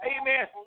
Amen